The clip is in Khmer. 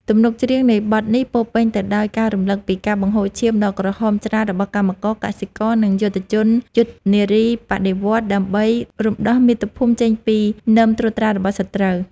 ទំនុកច្រៀងនៃបទនេះពោរពេញទៅដោយការរំលឹកពីការបង្ហូរឈាមដ៏ក្រហមច្រាលរបស់កម្មករ កសិករ និងយុទ្ធជនយុទ្ធនារីបដិវត្តន៍ ដើម្បីរំដោះមាតុភូមិចេញពីនឹមត្រួតត្រារបស់សត្រូវ។